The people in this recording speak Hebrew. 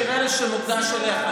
שיר ערש שמוקדש לך.